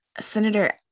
Senator